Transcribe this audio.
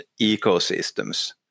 ecosystems